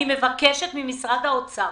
אני מבקשת ממשרד האוצר,